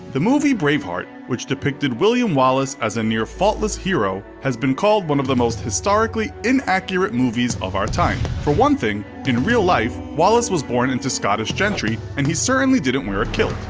the movie braveheart, which depicted william wallace as a near-faultless hero, has been called one of the most historically inaccurate movies of our time. for one thing, in real life, wallace was born into scottish gentry and he certainly didn't wear a kilt.